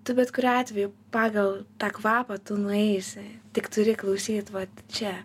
tu bet kuriuo atveju pagal tą kvapą tu nueisi tik turi klausyt vat čia